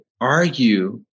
argue